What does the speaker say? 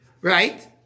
Right